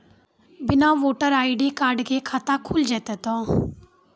बिना voter ID card के खाता खुल जैते तो?